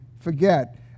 forget